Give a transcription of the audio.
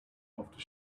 after